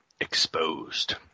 Exposed